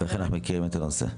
אנחנו מכירים את הנושא.